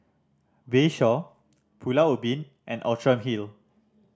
Bayshore Pulau Ubin and Outram Hill